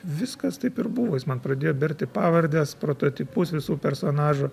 viskas taip ir buvo jis man pradėjo berti pavardes prototipus visų personažų